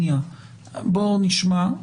בוא נשמע,